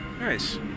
Nice